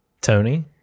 Tony